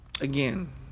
again